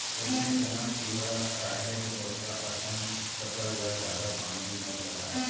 अइसने चना, तिंवरा, राहेर, बटूरा असन फसल म जादा पानी नइ लागय